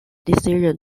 decision